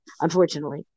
unfortunately